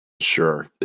sure